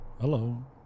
Hello